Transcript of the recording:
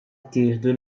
ttieħdu